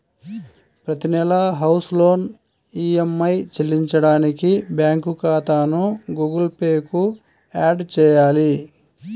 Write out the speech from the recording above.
ప్రతి నెలా house loan EMI చెల్లించడానికి బ్యాంకు ఖాతాను గుగుల్ పే కు యాడ్ చేయాలి